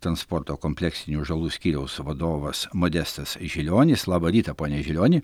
transporto kompleksinių žalų skyriaus vadovas modestas žilionis labą rytą pone žilioni